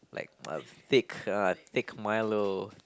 like uh thick uh thick Milo